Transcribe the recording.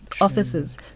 offices